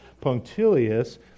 punctilious